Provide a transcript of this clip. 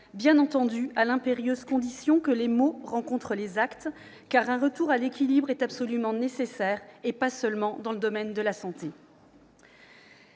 ce déficit, à l'impérieuse condition, bien entendu, que les mots rencontrent les actes, car un retour à l'équilibre est absolument nécessaire, et pas seulement dans le domaine de la santé